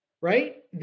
right